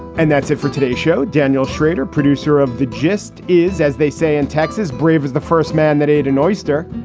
and that's it for today's show. daniel shrader, producer of the gist, is, as they say in texas, brave as the first man that aid an oyster.